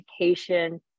education